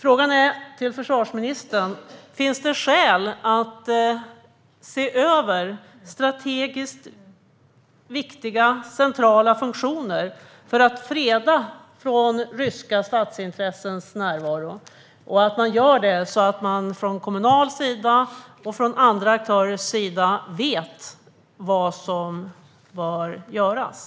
Min fråga till försvarsministern är: Finns det skäl att se över strategiskt viktiga och centrala funktioner för att freda dem från ryska statsintressens närvaro så att man från kommunens och andra aktörers sida vet vad som bör göras?